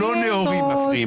רק ללא נאורים מפריעים.